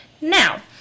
now